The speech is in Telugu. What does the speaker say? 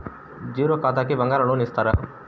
జీరో ఖాతాకి బంగారం లోన్ ఇస్తారా?